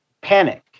panic